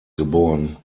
geboren